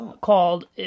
called